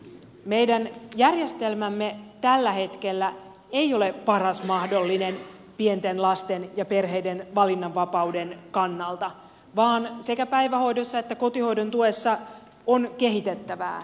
meidän järjestelmämme tällä hetkellä ei ole paras mahdollinen pienten lasten ja perheiden valinnanvapauden kannalta vaan sekä päivähoidossa että kotihoidon tuessa on kehitettävää